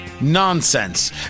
nonsense